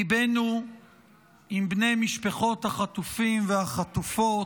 ליבנו עם בני משפחות החטופים והחטופות,